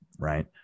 right